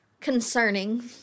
Concerning